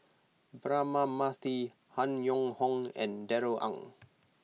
Braema Mathi Han Yong Hong and Darrell Ang